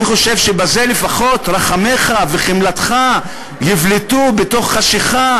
אני חושב שבזה לפחות רחמיך וחמלתך יבלטו בתוך חשכה